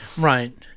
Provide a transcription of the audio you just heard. Right